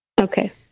Okay